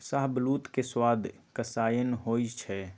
शाहबलूत के सवाद कसाइन्न होइ छइ